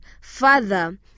Father